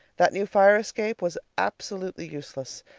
that new fire escape was absolutely useless.